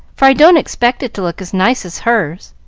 for i don't expect it to look as nice as hers.